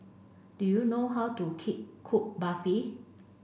do you know how to key cook Barfi